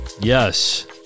yes